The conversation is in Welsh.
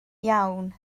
iawn